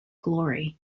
glory